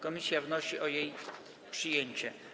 Komisja wnosi o jej przyjęcie.